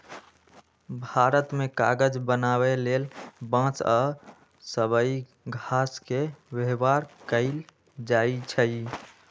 भारत मे कागज बनाबे लेल बांस आ सबइ घास के व्यवहार कएल जाइछइ